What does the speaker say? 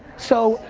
so,